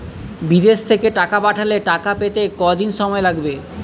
বিদেশ থেকে টাকা পাঠালে টাকা পেতে কদিন সময় লাগবে?